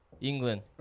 england